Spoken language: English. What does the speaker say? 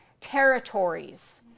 territories